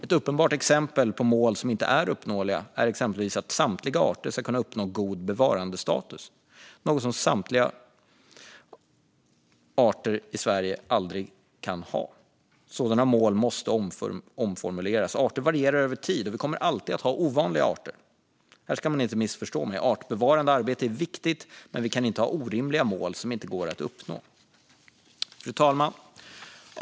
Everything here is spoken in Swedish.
Ett uppenbart exempel på mål som inte är uppnåeliga är att samtliga arter ska kunna uppnå god bevarandestatus. Det kan samtliga arter i Sverige aldrig ha. Sådana mål måste omformuleras. Arter varierar över tid, och vi kommer alltid att ha ovanliga arter. Här ska man inte missförstå mig. Artbevarande arbete är viktigt, men vi kan inte ha orimliga mål som inte går att uppnå. Fru talman!